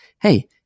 hey